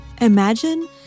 Imagine